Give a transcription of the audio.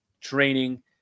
training